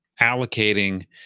allocating